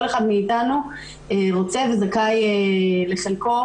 כל אחד מאתנו רוצה וזכאי בחלקו,